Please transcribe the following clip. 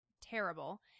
terrible